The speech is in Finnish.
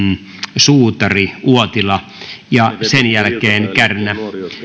suutari uotila ja sen jälkeen kärnä